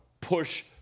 push